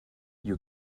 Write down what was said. you